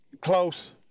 close